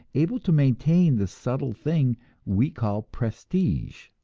able to maintain the subtle thing we call prestige.